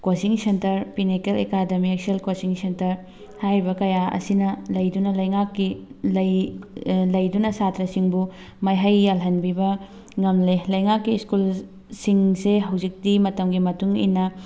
coaching centre Pinnacle Academy Excel coaching centre ꯍꯥꯏꯔꯤꯕ ꯀꯌꯥ ꯑꯁꯤꯅ ꯂꯩꯗꯨꯅ ꯂꯩꯉꯥꯛꯀꯤ ꯂꯩ ꯂꯩꯗꯨꯅ ꯁꯥꯇ꯭ꯔꯁꯤꯡꯕꯨ ꯃꯍꯩ ꯌꯥꯜꯍꯟꯕꯤꯕ ꯉꯝꯂꯦ ꯂꯩꯉꯥꯛꯀꯤ ꯁ꯭ꯀꯨꯜꯁꯤꯡꯁꯦ ꯍꯧꯖꯤꯛꯇꯤ ꯃꯇꯝꯒꯤ ꯃꯇꯨꯡ ꯏꯟꯅ